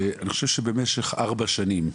אני חושב שבמשך ארבע שנים,